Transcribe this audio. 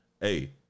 Hey